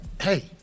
hey